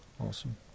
Awesome